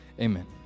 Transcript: Amen